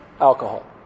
alcohol